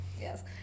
Yes